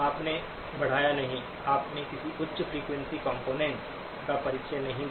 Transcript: आपने बढ़ाया नहीं आपने किसी उच्च फ्रीक्वेंसी कंपोनेंट्स का परिचय नहीं दिया